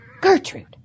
Gertrude